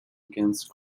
against